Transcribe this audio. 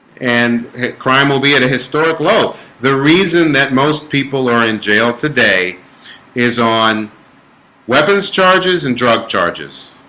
and crime will be at a historic low the reason that most people are in jail today is on weapons charges and drug charges